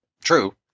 True